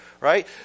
right